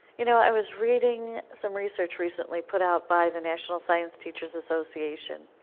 you know, i was reading some research recently put out by the national science teachers' association,